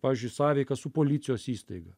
pavyzdžiui sąveika su policijos įstaiga